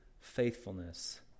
faithfulness